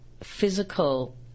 physical